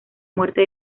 muerte